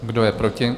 Kdo je proti?